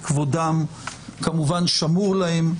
כבודם כמובן שמור להם,